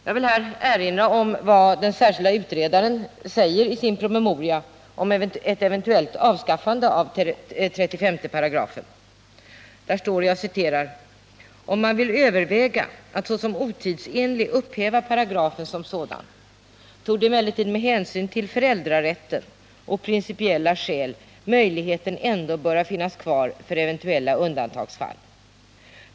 Jag vill här erinra om vad den särskilde utredaren säger i sin promemoria om ett eventuellt avskaffande av 35 § skollagen: Om man vill överväga att såsom otidsenlig upphäva paragrafen som sådan torde emellertid med hänsyn till föräldrarätten och principiella skäl möjligheten ändå böra finnas kvar för eventuella undantagsfall.